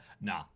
nah